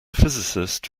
physicist